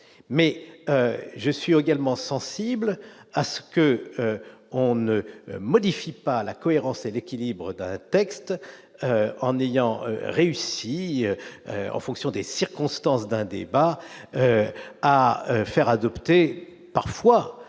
mais je suis également sensible à ce que on ne modifie pas la cohérence et l'équilibre d'un texte en ayant réussi en fonction des circonstances d'un débat à faire adopter parfois